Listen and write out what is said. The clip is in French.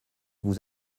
vous